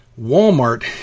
Walmart